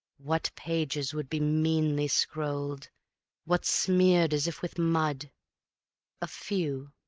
what pages would be meanly scrolled what smeared as if with mud a few,